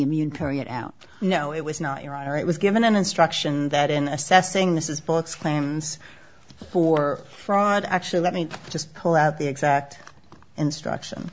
immune period out no it was not your honor it was given an instruction that in assessing this is books claims for fraud actually let me just pull out the exact instruction